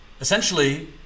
essentially